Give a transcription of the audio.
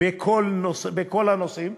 בכל הנושאים,